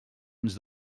ens